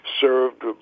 served